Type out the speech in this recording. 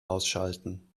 ausschalten